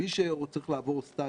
מי שצריך לעבור סטאז',